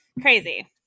crazy